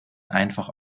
einfach